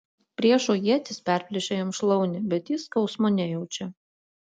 priešo ietis perplėšia jam šlaunį bet jis skausmo nejaučia